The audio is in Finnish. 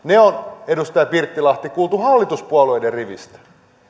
edustaja pirttilahti on kuultu hallituspuolueiden rivistä